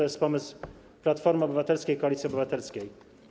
Jest to pomysł Platformy Obywatelskiej, Koalicji Obywatelskiej.